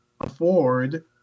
afford